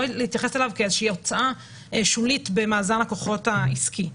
לא להתייחס אליו כאיזושהי הוצאה שולית במאזן הכוחות העסקי.